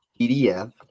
PDF